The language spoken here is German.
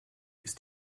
ist